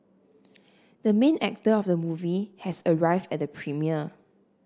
the main actor of the movie has arrived at the premiere